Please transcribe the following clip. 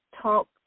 talk